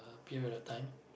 period of time